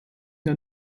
der